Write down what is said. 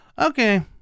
Okay